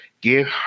Give